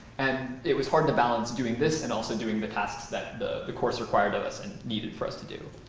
and it was hard to balance doing this and also during the tasks that the the course required of us and needed for us to do.